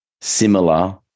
similar